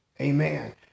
Amen